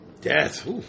Death